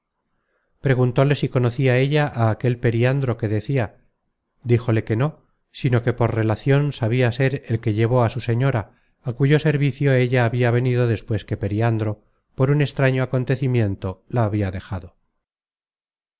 preguntóle si conocia ella á aquel periandro que decia díjole que no sino que por relacion sabia ser el que llevó á su señora á cuyo servicio ella habia venido despues que periandro por un extraño acontecimiento la habia dejado